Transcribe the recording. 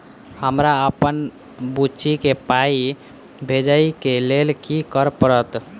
हमरा अप्पन बुची केँ पाई भेजइ केँ लेल की करऽ पड़त?